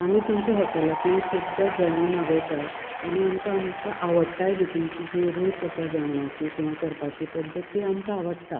आमी तुमच्या हाॅटेलांतल्यान खुबदां जेवण मागयतात आनी आमकां आमकां आवडटाय बी तुमची जी रूच आसा जेवणाची किंवां करपाची पद्दत ती आमकां आवडटा